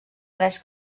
res